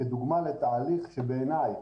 כדוגמה לתהליך שבעיניי,